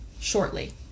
shortly